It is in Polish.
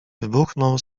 wybuchnął